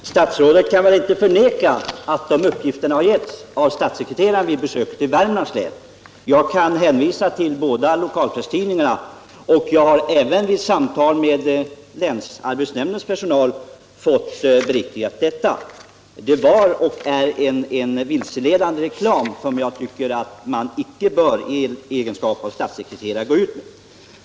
Herr talman! Statsrådet kan väl inte förneka att dessa uppgifter lämnades av statssekreteraren vid hans besök i Värmlands län. Jag kan hänvisa till de båda lokaltidningarna, och jag har även vid samtal med länsarbetsnämndens personal fått dessa uppgifter bekräftade. Detta var en vilseledande reklam som jag tycker att en statssekreterare inte bör gå ut med.